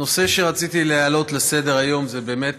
נושא שרציתי להעלות לסדר-היום זה באמת